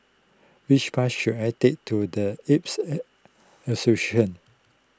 which bus should I take to the Arabs Association